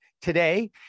today